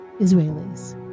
israelis